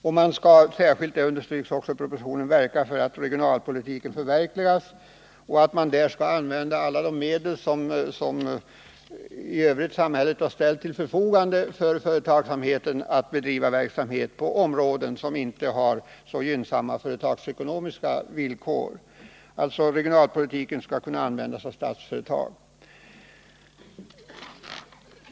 I propositionen understryks särskilt att man skall verka för att förverkliga regionalpolitiken. Man skall använda alla medel som samhället i övrigt har ställt till förfogande för företagsamheten för att bedriva verksamhet på områden som inte har så gynnsamma företagsekonomiska villkor. Regionalpolitiken skall kunna användas av Statsföretag.